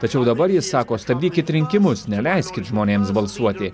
tačiau dabar jis sako stabdykit rinkimus neleiskit žmonėms balsuoti